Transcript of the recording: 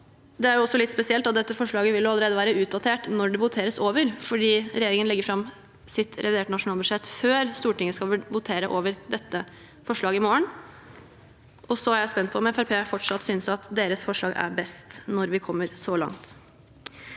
Det er også litt spesielt at dette forslaget allerede vil være utdatert når det voteres over, for regjeringen legger fram sitt reviderte nasjonalbudsjett før Stortinget skal votere over dette forslaget i morgen. Jeg er spent på om Fremskrittspartiet fortsatt synes at deres forslag er best når vi kommer så langt.